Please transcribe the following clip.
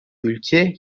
ülke